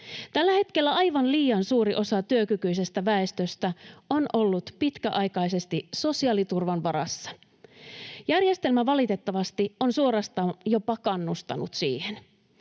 Tällä hetkellä aivan liian suuri osa työkykyisestä väestöstä on ollut pitkäaikaisesti sosiaaliturvan varassa. Järjestelmä valitettavasti on suorastaan jopa kannustanut siihen.